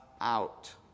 out